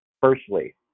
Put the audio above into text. Firstly